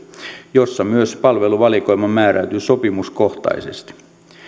jossa myös palveluvalikoima määräytyy sopimuskohtaisesti